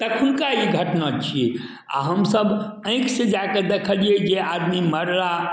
तखुनका ई घटना छिए आओर हमसभ आँखिसँ जाकऽ देखलिए जे आदमी मरला